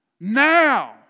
Now